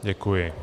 Děkuji.